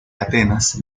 atenas